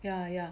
ya ya